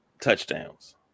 touchdowns